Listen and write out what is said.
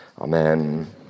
Amen